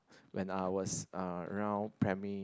when I was around primary